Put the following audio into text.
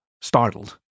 startled